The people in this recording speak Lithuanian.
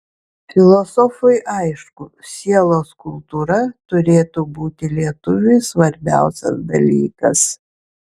filosofui aišku sielos kultūra turėtų būti lietuviui svarbiausias dalykas